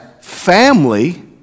family